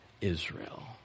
Israel